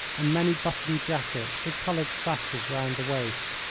and many-buttoned jackets with coloured sashes round the waist.